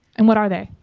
and what are they?